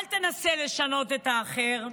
אל תנסה לשנות את האחר,